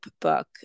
book